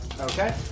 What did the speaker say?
Okay